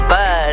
Buzz